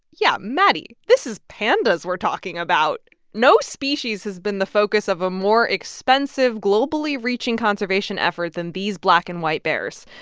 yeah. maddy, this is pandas we're talking about. no species has been the focus of a more expensive, globally reaching conservation effort than these black-and-white bears.